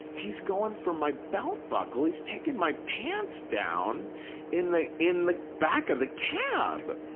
he's going for my belt buckle, he's taking my pants down in the in the back of the cab.